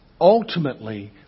ultimately